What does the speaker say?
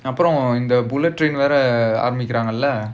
அப்புறம் இந்த:appuram intha bullet train வேற ஆரம்பிக்கிறாங்களா:vera aarambikkiraangalaa